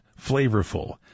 flavorful